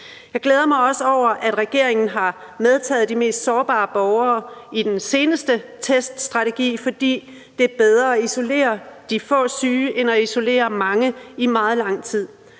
Jeg glæder mig også over, at regeringen har medtaget de mest sårbare borgere i den seneste teststrategi, fordi det er bedre at isolere de få syge end at isolere mange i meget lang tid,